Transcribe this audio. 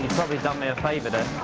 probably done me a favor there.